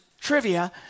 trivia